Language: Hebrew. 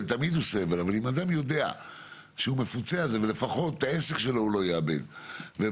אבל אם אדם יודע שהוא מפוצה על זה והוא לא יאבד את העסק שלו לפחות,